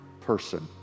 person